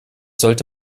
sollte